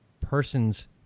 person's